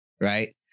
Right